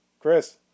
Chris